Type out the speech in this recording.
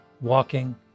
walking